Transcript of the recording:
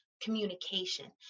communication